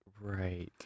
Right